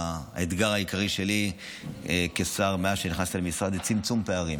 האתגר העיקרי שלי כשר מאז נכנסתי למשרד זה צמצום פערים,